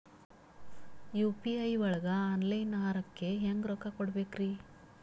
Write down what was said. UPI ಒಳಗ online ಆಹಾರಕ್ಕೆ ಹೆಂಗ್ ರೊಕ್ಕ ಕೊಡಬೇಕ್ರಿ?